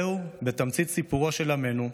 זהו בתמצית סיפורו של עמנו,